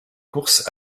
courses